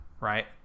right